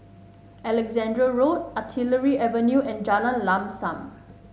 Alexandra Road Artillery Avenue and Jalan Lam Sam